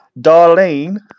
Darlene